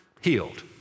Healed